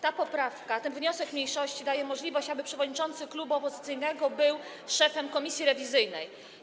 Ta poprawka, ten wniosek mniejszości daje możliwość, aby przewodniczący klubu opozycyjnego był szefem komisji rewizyjnej.